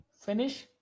finish